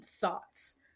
thoughts